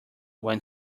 when